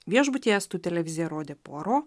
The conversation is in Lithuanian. viešbutyje estų televizija rodė puaro